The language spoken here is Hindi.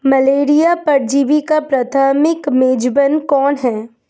मलेरिया परजीवी का प्राथमिक मेजबान कौन है?